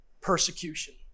persecution